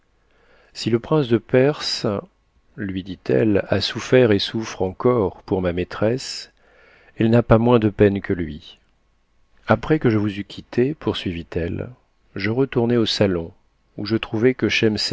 si le prince de perse lui dit-elle a souffert et souffre encore pour ma maîtresse elle n'a pas moins de peine que lui après que je vous eus quittés poursuivit-elle je retournai au salon où je trouvai que